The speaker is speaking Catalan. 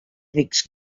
rics